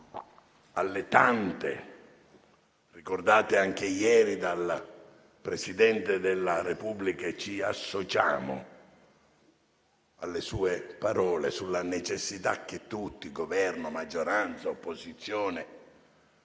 alle tante ricordate, anche ieri, dal Presidente della Repubblica, associandoci alle sue parole sulla necessità che tutti, Governo, maggioranza, opposizione